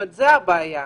זו הבעיה.